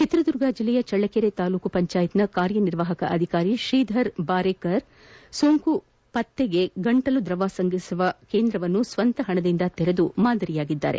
ಚಿತ್ರದುರ್ಗ ಜಿಲ್ಲೆಯ ಚಳ್ಳಕೆರೆ ತಾಲೂಕು ಪಂಚಾಯತ್ನ ಕಾರ್ಯನಿರ್ವಾಪಕ ಅಧಿಕಾರಿ ಶ್ರೀಧರ್ ಬಾರೇಕರ್ ಕೊರೊನಾ ಸೋಂಕು ಪತ್ತೆಗೆ ಗಂಟಲು ದ್ರವ್ಯ ಸಂಗ್ರಹಿಸುವ ಕೇಂದ್ರವನ್ನು ಸ್ವಂತ ಪಣದಿಂದ ತೆರೆದು ಮಾದರಿಯಾಗಿದ್ದಾರೆ